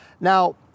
Now